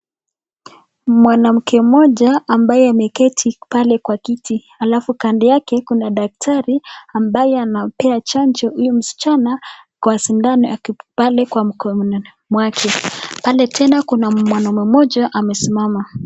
Mwanamke mmoja ambaye ameketi pale kwa kiti alafu kando yake kuna daktari ambaye anampea chanjo hii msichana kwa sindano pale kwa mkono mwake. Pale tena kuna mwanaume mmoja amesimama.